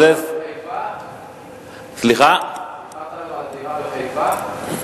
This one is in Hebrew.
סיפרת לו על דירה בחיפה?